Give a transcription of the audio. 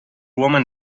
woman